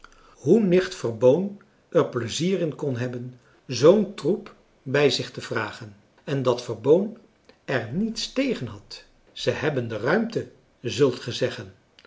hoe nicht verboon er pleizier in kon hebben zoo'n troep bij zich te vragen en dat verboon er niets tegen had ze hebben de ruimte zult ge zeggen